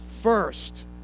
first